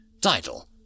Title